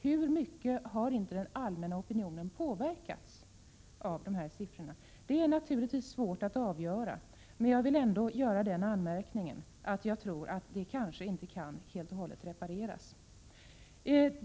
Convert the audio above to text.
Hur mycket har den allmänna opinionen påverkats av dessa siffror? Det är naturligtvis svårt att avgöra, men jag vill ändå komma med den anmärkningen att jag tror att den skada som åstadkommits kanske inte helt kan repareras.